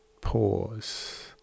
Pause